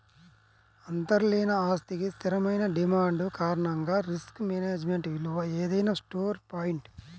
అంతర్లీన ఆస్తికి స్థిరమైన డిమాండ్ కారణంగా రిస్క్ మేనేజ్మెంట్ విలువ ఏదైనా స్టోర్ పాయింట్